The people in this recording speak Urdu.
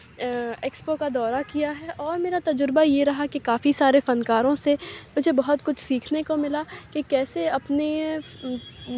ایکسپو کا دورہ کیا ہے اور میرا تجربہ یہ رہا کہ کافی سارے فنکاروں سے مجھے بہت کچھ سیکھنے کو ملا کہ کیسے اپنے